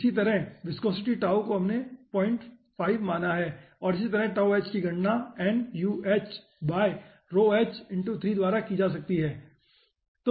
इसी तरह viscosity tau को हमने 5 माना है और इसी तरह 𝛕h की गणना nu h ⍴h 3 द्वारा की जा सकती है